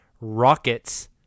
Rockets